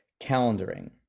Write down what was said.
calendaring